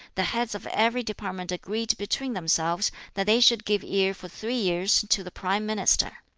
the heads of every department agreed between themselves that they should give ear for three years to the prime minister.